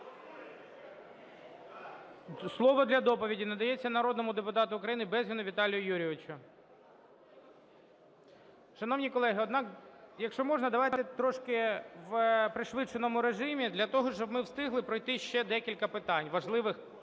Слово для доповіді надається народному депутату України Безгіну Віталію Юрійовичу. Шановні колеги, якщо можна, давайте трошки в пришвидшеному режимі для того, щоб ми встигли пройти ще декілька питань важливих.